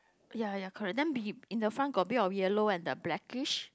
ya ya correct then be in the front got a bit of yellow and the blackish